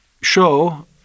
show